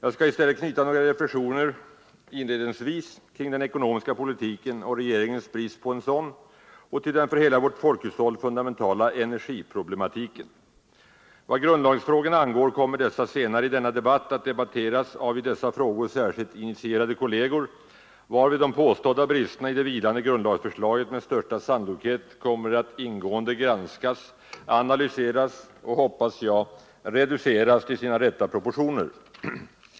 I stället skall jag inledningsvis knyta några reflexioner till den ekonomiska politiken och till regeringens brist på en sådan samt till den för hela vårt folkhushåll fundamentala energiproblematiken. Vad grundlagsfrågorna angår kommer dessa senare i denna debatt att behandlas av i dessa frågor särskilt initierade kolleger, varvid de påstådda bristerna i det vilande grundlagsförslaget med största sannolikhet kommer att ingående granskas, analy seras och — hoppas jag — reduceras till sina rätta proportioner.